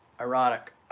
Ironic